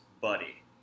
buddy